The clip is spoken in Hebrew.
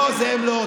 לא, זה, הם לא.